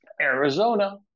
Arizona